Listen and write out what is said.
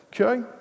Okay